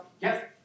yes